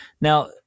Now